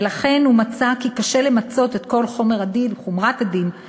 ולכן הוא מצא שקשה למצות את כל חומרת הדין עם